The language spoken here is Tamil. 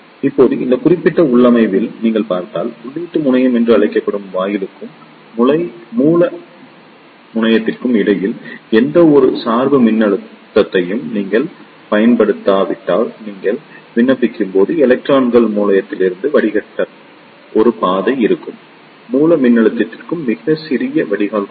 இப்போது இந்த குறிப்பிட்ட உள்ளமைவில் நீங்கள் பார்த்தால் உள்ளீட்டு முனையம் என்று அழைக்கப்படும் வாயிலுக்கும் மூல முனையத்திற்கும் இடையில் எந்தவொரு சார்பு மின்னழுத்தத்தையும் நீங்கள் பயன்படுத்தாவிட்டால் நீங்கள் விண்ணப்பிக்கும்போது எலக்ட்ரான்கள் மூலத்திலிருந்து வடிகட்ட ஒரு பாதை இருக்கும் மூல மின்னழுத்தத்திற்கு மிகச் சிறிய வடிகால் கூட